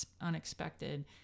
unexpected